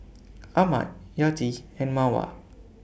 Ahmad Yati and Mawar